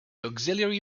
auxiliary